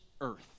earth